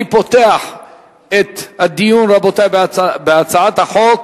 אני פותח את הדיון, רבותי, בהצעת החוק.